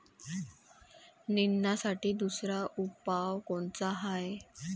निंदनासाठी दुसरा उपाव कोनचा हाये?